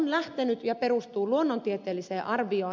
tämä rajaus perustuu luonnontieteelliseen arvioon